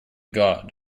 god